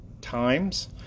times